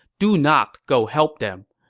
do not go help them.